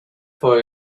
for